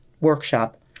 workshop